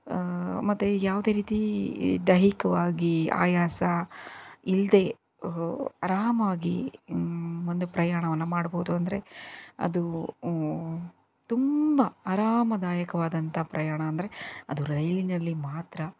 ಮತ್ತೆ ಯಾವುದೇ ರೀತಿ ದೈಹಿಕವಾಗಿ ಆಯಾಸ ಇಲ್ಲದೇ ಆರಾಮಾಗಿ ಒಂದು ಪ್ರಯಾಣವನ್ನು ಮಾಡಬಹುದು ಅಂದರೆ ಅದು ತುಂಬ ಆರಾಮದಾಯಕವಾದಂಥ ಪ್ರಯಾಣ ಅಂದರೆ ಅದು ರೈಲಿನಲ್ಲಿ ಮಾತ್ರ